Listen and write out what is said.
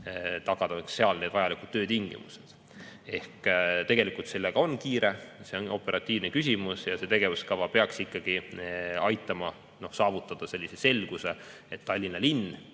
tagatud vajalikud töötingimused. Tegelikult sellega on kiire, see on operatiivne küsimus. See tegevuskava peaks aitama saavutada sellise selguse, et Tallinna linn